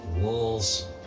walls